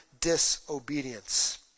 disobedience